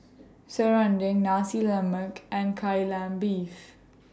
Serunding Nasi Lemak and Kai Lan Beef